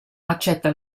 accetta